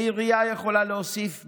והעירייה יכולה להוסיף,